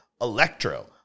Electro